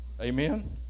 Amen